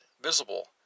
visible